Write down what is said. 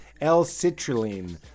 L-citrulline